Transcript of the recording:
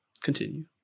Continue